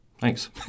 Thanks